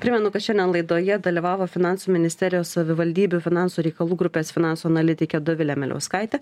primenu kad šiandien laidoje dalyvavo finansų ministerijos savivaldybių finansų reikalų grupės finansų analitikė dovilė miliauskaitė